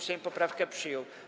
Sejm poprawkę przyjął.